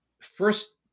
first